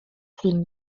grünen